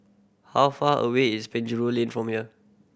how far away is Penjuru Lane from here